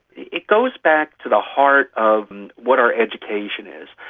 it goes back to the heart of what our education is.